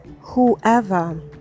whoever